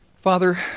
Father